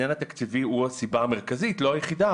הוא הסיבה המרכזית אם כי לא היחידה,